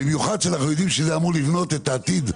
במיוחד כשאנחנו יודעים שזה המון לבנות את העתיד,